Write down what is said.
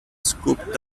scooped